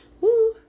Woo